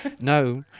No